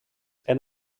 and